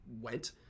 went